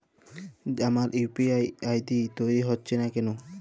আমার UPI ID তৈরি হচ্ছে না কেনো?